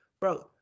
Bro